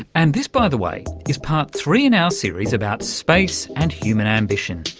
and this, by the way, is part three in our series about space and human ambition.